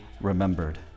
remembered